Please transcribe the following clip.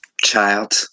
Child